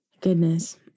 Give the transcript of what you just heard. goodness